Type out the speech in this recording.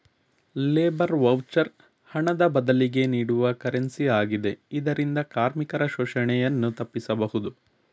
labour voucher ಹಣದ ಬದಲಿಗೆ ನೀಡುವ ಕರೆನ್ಸಿ ಆಗಿದೆ ಇದರಿಂದ ಕಾರ್ಮಿಕರ ಶೋಷಣೆಯನ್ನು ತಪ್ಪಿಸಬಹುದು